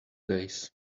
days